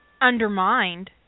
undermined